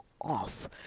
off